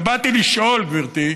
ובאתי לשאול, גברתי,